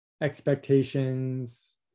expectations